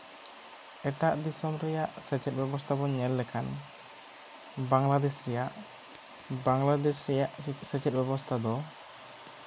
ᱮᱴᱟᱜ ᱫᱤᱥᱚᱢ ᱨᱮᱭᱟᱜ ᱥᱮᱪᱮᱫ ᱵᱮᱵᱚᱥᱛᱟ ᱵᱚᱱ ᱧᱮᱞ ᱞᱮᱠᱷᱟᱱ ᱵᱟᱝᱞᱟᱫᱮᱥ ᱨᱮᱭᱟᱜ ᱵᱟᱝᱞᱟᱫᱮᱥ ᱨᱮᱭᱟᱜ ᱥᱮᱪᱮᱫ ᱵᱮᱵᱚᱥᱛᱟ ᱫᱚ